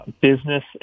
business